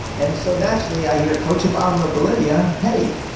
and so naturally, i hear cochabamba, bolivia hey,